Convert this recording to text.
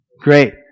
Great